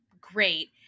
great